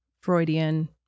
Freudian